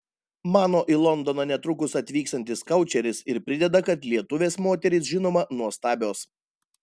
mano į londoną netrukus atvyksiantis koučeris ir prideda kad lietuvės moterys žinoma nuostabios